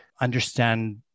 understand